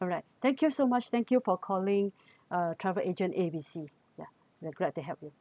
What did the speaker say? alright thank you so much thank you for calling uh travel agent A B C yeah we'll glad to help you